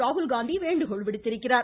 ராகுல் காந்தி வேண்டுகோள் விடுத்திருக்கிறார்